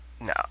No